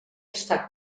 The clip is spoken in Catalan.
està